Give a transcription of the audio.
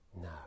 no